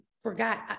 forgot